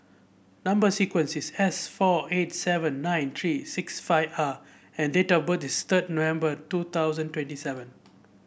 number sequence is S four eight seven nine three six five R and date of birth is third November two thousand twenty seven